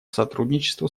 сотрудничеству